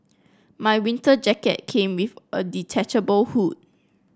my winter jacket came with a detachable hood